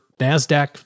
Nasdaq